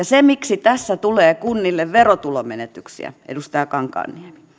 se miksi tässä tulee kunnille verotulomenetyksiä edustaja kankaanniemi